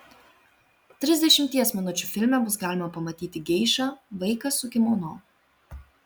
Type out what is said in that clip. trisdešimties minučių filme bus galima pamatyti geišą vaiką su kimono